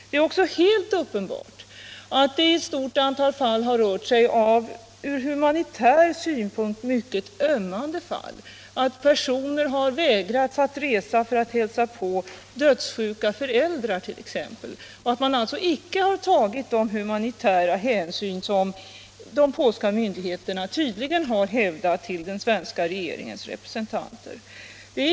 Det är också helt uppenbart att ett stort antal fall har varit ur humanitär synpunkt mycket ömmande, att personer vägrats resa för att hälsa på dödssjuka föräldrar t.ex. De polska myndigheterna har alltså inte tagit de humanitära hänsyn som de tydligen inför den svenska regeringens representanter hävdat att de tar.